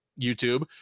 YouTube